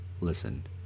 listen